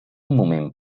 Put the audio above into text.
moment